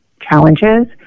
challenges